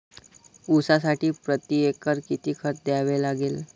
ऊसासाठी प्रतिएकर किती खत द्यावे लागेल?